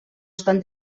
estan